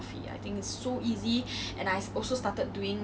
ya ya I watched it on your Instagram already